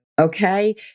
Okay